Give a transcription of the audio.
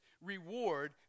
reward